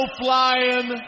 flying